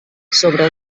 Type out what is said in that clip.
sobre